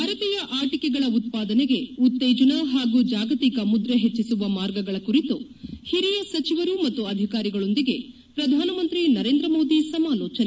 ಭಾರತೀಯ ಆಟಕೆಗಳ ಉತ್ಪಾದನೆಗೆ ಉತ್ತೇಜನ ಹಾಗೂ ಜಾಗತಿಕ ಮುದ್ರೆ ಹೆಚ್ಚಿಸುವ ಮಾರ್ಗಗಳ ಕುರಿತು ಹಿರಿಯ ಸಚಿವರು ಮತ್ತು ಅಧಿಕಾರಿಗಳೊಂದಿಗೆ ಪ್ರಧಾನ ಮಂತ್ರಿ ನರೇಂದ್ರ ಮೋದಿ ಸಮಾಲೋಚನೆ